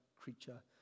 creature